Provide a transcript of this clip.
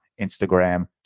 Instagram